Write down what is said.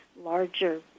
larger